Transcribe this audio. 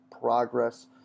progress